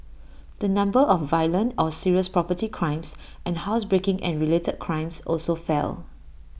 the number of violent or serious property crimes and housebreaking and related crimes also fell